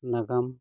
ᱱᱟᱜᱟᱢ